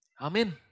Amen